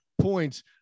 points